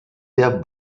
der